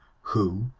who,